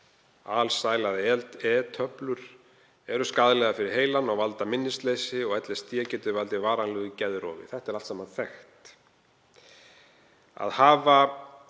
Alsæla eða E-töflur eru skaðlegar fyrir heilann og valda minnisleysi og LSD geti valdið varanlegu geðrofi. Þetta er allt saman þekkt. Að hafa